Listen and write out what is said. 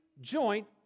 joint